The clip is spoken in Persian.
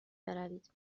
بروید